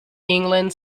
england